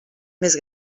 més